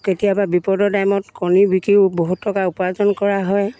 কেতিয়াবা বিপদৰ টাইমত কণী বিকিও বহুত টকা উপাৰ্জন কৰা হয়